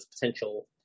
potential